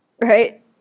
right